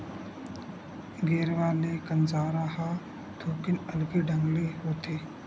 गेरवा ले कांसरा ह थोकिन अलगे ढंग ले होथे